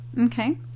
Okay